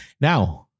Now